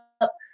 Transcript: up